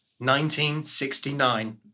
1969